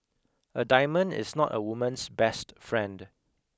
a diamond is not a woman's best friend